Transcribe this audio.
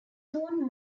soon